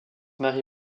marie